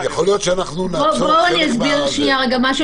יכול להיות שאנחנו נעצור חלק --- אני אביר שנייה משהו,